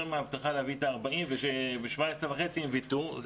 מההבטחה להביא את ה-40 ו-17.5 עם ויתור.